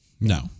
No